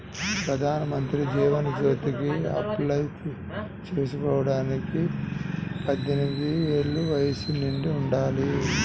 ప్రధానమంత్రి జీవన్ జ్యోతికి అప్లై చేసుకోడానికి పద్దెనిది ఏళ్ళు వయస్సు నిండి ఉండాలి